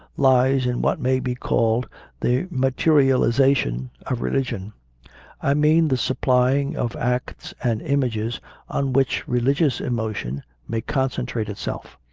lies in what may be called the materialisation of religion i mean the supplying of acts and images on which religious emotion may concentrate itself.